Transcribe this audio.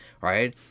Right